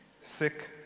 sick